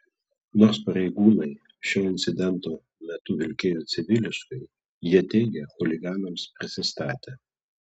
nors pareigūnai šio incidento metu vilkėjo civiliškai jie teigia chuliganams prisistatę